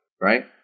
Right